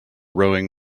rowing